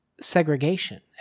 segregation